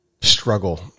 struggle